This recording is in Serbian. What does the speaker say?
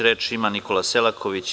Reč ima Nikola Selaković.